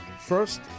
first